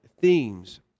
themes